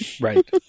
Right